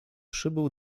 przybył